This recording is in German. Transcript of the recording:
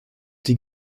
die